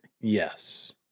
Yes